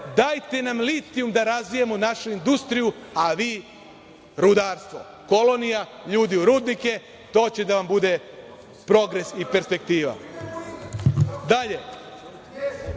dajte nam litijum da razvijamo našu industriju, a vi rudarstvo. Kolonija, ljude u rudnike. To će da vam bude progres i perspektiva. Ono